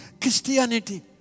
Christianity